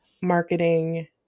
marketing